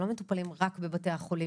לא מטופלים רק בבתי החולים,